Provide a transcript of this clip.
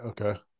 okay